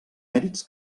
mèrits